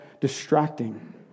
distracting